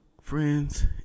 friends